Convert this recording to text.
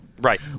Right